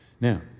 Now